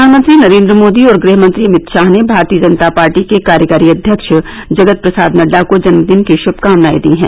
प्रधानमंत्री नरेंद्र मोदी और गृह मंत्री अमित शाह ने भारतीय जनता पार्टी के कार्यकारी अध्यक्ष जगत प्रसाद नड्डा को जन्मदिन की श्भकामनाएं दी हैं